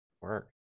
work